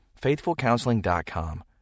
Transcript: FaithfulCounseling.com